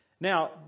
Now